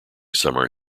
summer